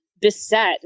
beset